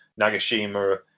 Nagashima